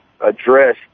address